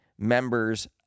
members